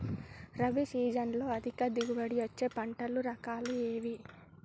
రబీ సీజన్లో అధిక దిగుబడి వచ్చే పంటల రకాలు ఏవి?